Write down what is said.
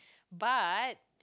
but